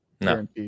No